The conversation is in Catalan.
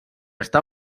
està